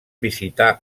visitar